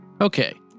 Okay